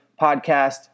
podcast